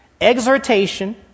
exhortation